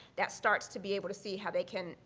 that starts to be able to see how they can,